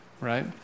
Right